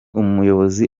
umuyobozi